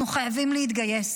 אנחנו חייבים להתגייס,